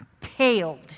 paled